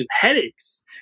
headaches